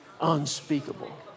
unspeakable